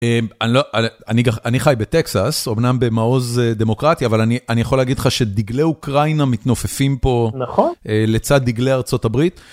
אני חי בטקסס, אמנם במעוז דמוקרטי, אבל אני יכול להגיד לך שדגלי אוקראינה מתנופפים פה לצד דגלי ארה״ב.